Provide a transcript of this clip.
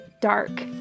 dark